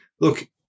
look